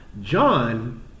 John